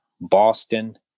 Boston